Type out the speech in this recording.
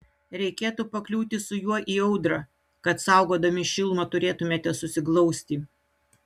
reikėtų pakliūti su juo į audrą kad saugodami šilumą turėtumėte susiglausti